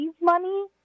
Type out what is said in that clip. money